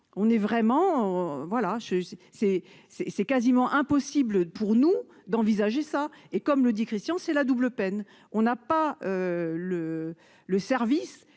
On est vraiment. Voilà je c'est c'est c'est quasiment impossible pour nous d'envisager ça et comme le dit Christian c'est la double peine. On n'a pas. Le le service